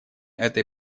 этой